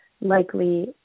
likely